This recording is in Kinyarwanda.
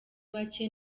bake